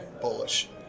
bullish